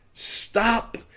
Stop